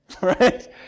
right